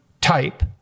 type